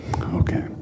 okay